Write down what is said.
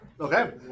Okay